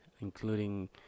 including